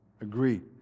agree